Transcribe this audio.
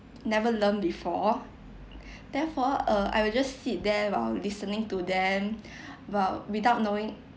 never learn before therefore uh I will just sit there while listening to them while without knowing